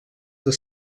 del